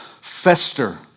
fester